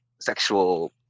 sexual